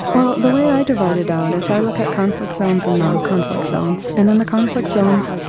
well the way i divide it down is i look at conflict zones and non-conflict zones and in the conflict zones,